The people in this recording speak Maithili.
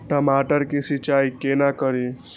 टमाटर की सीचाई केना करी?